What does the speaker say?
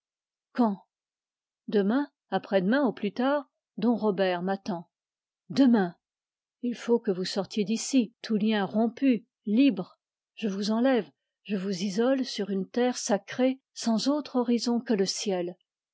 demain après-demain au plus tard dom robert m'attend demain il faut que vous sortiez d'ici tous liens rompus je vous enlève je vous isole sur une terre sacrée sans autre horizon que le ciel